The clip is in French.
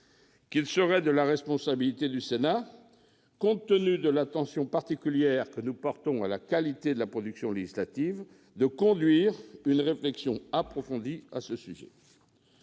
qu'il serait de la responsabilité du Sénat, compte tenu de l'attention particulière que nous portons à la qualité de la production législative, de conduire une réflexion approfondie à ce sujet.